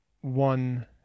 one